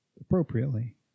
appropriately